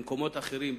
במקומות אחרים,